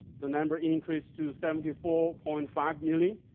the number increase to seventy four point five million.